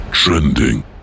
trending